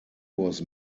was